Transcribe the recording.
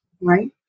right